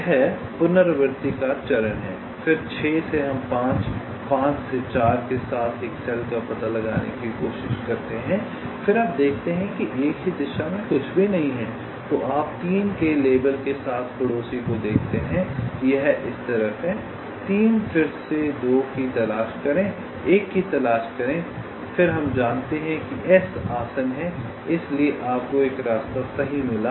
यह पुनरावृत्ति का चरण है फिर 6 से हम 5 फिर 5 से 4 के साथ एक सेल का पता लगाने की कोशिश करते हैं फिर आप देखते हैं कि एक ही दिशा में कुछ भी नहीं है तो आप 3 के लेबल के साथ पड़ोसी को देखते हैं यह इस तरफ है 3 फिर से 2 की तलाश करें 1 की तलाश करें फिर हम जानते हैं कि S आसन्न है इसलिए आपको एक रास्ता सही मिला